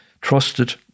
trusted